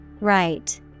Right